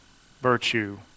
virtue